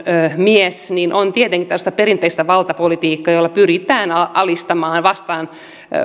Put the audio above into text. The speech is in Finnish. mies ovat tietenkin tällaista perinteistä valtapolitiikkaa jolla pyritään ikään kuin alistamaan